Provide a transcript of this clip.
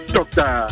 Doctor